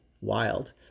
wild